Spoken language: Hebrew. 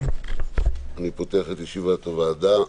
אני פותח את ישיבת הוועדה.